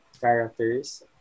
characters